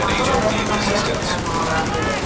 சம்பளம் இரநூத்தம்பது ருபா கேட்குறாங்கம்மா ஒரு ஆளுக்கு